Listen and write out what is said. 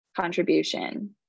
contribution